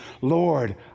Lord